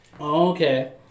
Okay